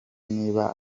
niba